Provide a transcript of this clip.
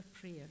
prayer